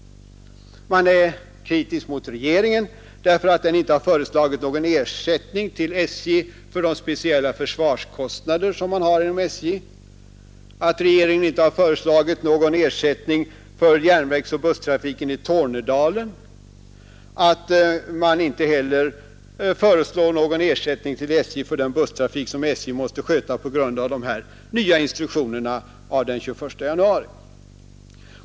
Man är kritisk mot regeringen, därför att den inte har föreslagit någon ersättning till SJ för de speciella försvarskostnader som man har inom SJ, att regeringen inte har föreslagit någon ersättning för järnvägsoch busstrafiken i Tornedalen och att regeringen inte heller föreslår någon ersättning till SJ för den busstrafik som SJ måste sköta på grund av instruktionerna av den 21 januari.